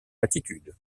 latitude